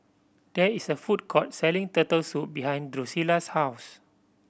there is a food court selling Turtle Soup behind Drusilla's house